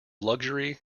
luxury